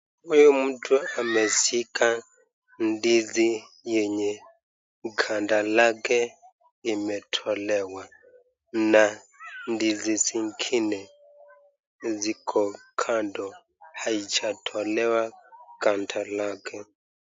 Huyu mtu ameshika ndizi yenye ganda lake imetolewa, na ndizi zingine ziko kando haijatolewa ganda lake.